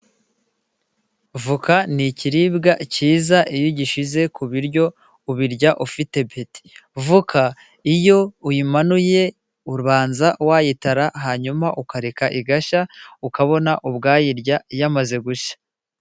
Voka ni ikiribwa cyiza iyo ugishyize ku biryo ubirya ufite apeti. Voka, iyo uyimanuye ubanza wayitara, hanyuma ukareka igashya, ukabona ubwayirya yamaze gushya.